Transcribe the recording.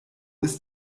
ist